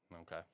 Okay